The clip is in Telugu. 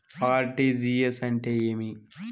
ఆర్.టి.జి.ఎస్ అంటే ఏమి